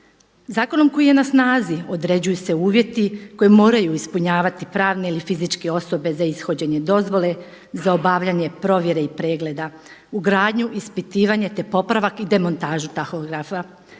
Zakonom koji je na snazi određuju se uvjeti koji moraju ispunjavati pravne ili fizičke osobe za ishođenje dozvole, za obavljanje provjere i pregleda, ugradnju, ispitivanje, te popravak i demontažu tahografa